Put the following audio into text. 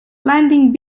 landing